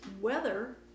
weather